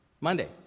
Monday